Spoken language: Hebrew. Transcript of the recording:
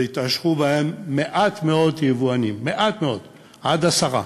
והתעשרו בהם מעט מאוד יבואנים, מעט מאוד, עד עשרה.